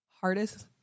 hardest